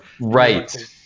Right